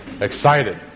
excited